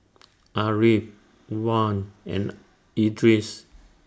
Ariff Wan and Idris